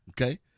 Okay